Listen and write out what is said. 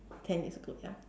ten years ago ya